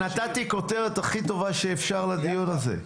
נתתי לך כותרת הכי טובה שאפשר לדיון הזה.